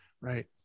Right